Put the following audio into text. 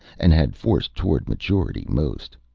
and had forced toward maturity, most.